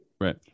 Right